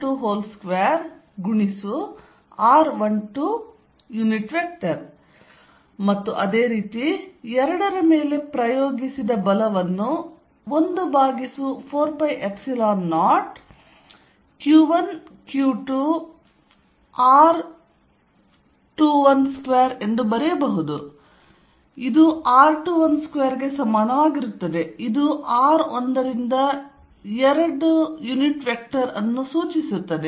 F114π0q1q2r122r12 ಮತ್ತು ಅದೇ ರೀತಿ 2 ರ ಮೇಲೆ ಪ್ರಯೋಗಿಸಿದ ಬಲವನ್ನು 14π0q1q2r122 ಎಂದು ಬರೆಯಬಹುದು ಇದು r212 ಗೆ ಸಮನಾಗಿರುತ್ತದೆ ಇದು r 1 ರಿಂದ 2 ಯುನಿಟ್ ವೆಕ್ಟರ್ ಅನ್ನು ಸೂಚಿಸುತ್ತದೆ